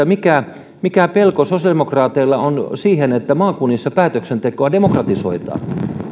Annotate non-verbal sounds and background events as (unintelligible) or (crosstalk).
(unintelligible) mikä mikä pelko sosiaalidemokraateilla on siitä että maakunnissa päätöksentekoa demokratisoidaan